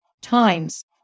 times